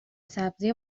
سبزی